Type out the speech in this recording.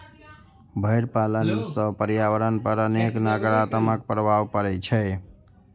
भेड़ पालन सं पर्यावरण पर अनेक नकारात्मक प्रभाव पड़ै छै